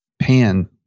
pan